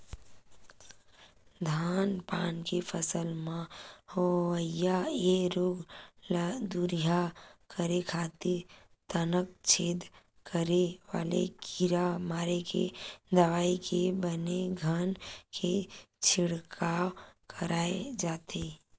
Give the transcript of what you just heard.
धान पान के फसल म होवई ये रोग ल दूरिहा करे खातिर तनाछेद करे वाले कीरा मारे के दवई के बने घन के छिड़काव कराय जाथे